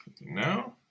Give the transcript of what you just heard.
now